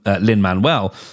Lin-Manuel